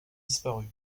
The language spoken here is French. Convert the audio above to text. disparu